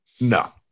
No